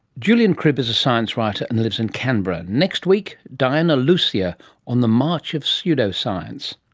julian cribb is a science writer and lives in canberra. next week, diana lucia on the march of psuedoscience.